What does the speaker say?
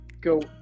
go